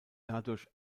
dadurch